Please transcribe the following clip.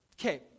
Okay